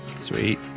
sweet